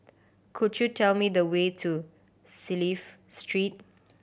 could you tell me the way to Clive Street